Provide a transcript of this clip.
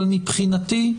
אבל מבחינתי,